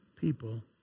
people